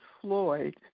Floyd